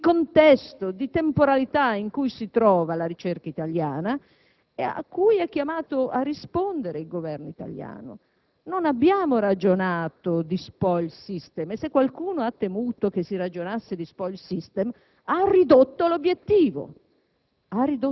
di contesto, di temporaneità, in cui versa la ricerca italiana e a cui è chiamato a rispondere il Governo italiano. Non abbiamo ragionato di *spoils system* e se qualcuno ha temuto che si ragionasse di questo ha ridotto l'obiettivo.